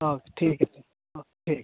हाँ ठीक है सर हाँ ठीक